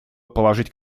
положить